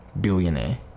Billionaire